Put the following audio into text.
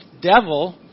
devil